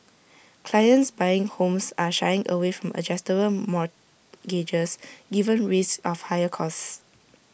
clients buying homes are shying away from adjustable mortgages given risks of higher costs